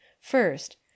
First